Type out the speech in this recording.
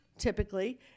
typically